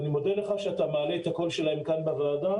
אני מודה לך שאתה מעלה את הקול שלהם כאן בוועדה.